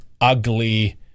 ugly